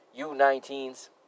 U19s